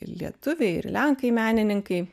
lietuviai ir lenkai menininkai